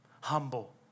humble